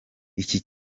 iki